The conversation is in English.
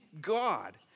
God